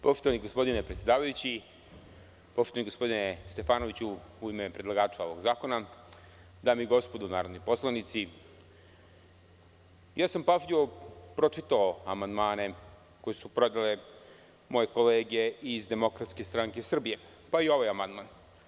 Poštovani gospodine predsedavajući, poštovani gospodine Stefanoviću, u ime predlagača ovog zakona, dame i gospodo narodni poslanici, pažljivo sam pročitao amandmane koji su predale moje kolege iz DSS, pa i ovaj amandman.